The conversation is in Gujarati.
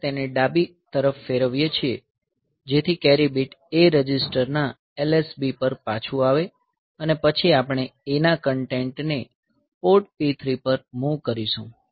આપણે તેને ડાબે ફેરવીએ છીએ જેથી કેરી બીટ A રજિસ્ટરના LSB પર પાછું આવે અને પછી આપણે A ના કન્ટેન્ટને પોર્ટ P3 પર મૂવ કરીશું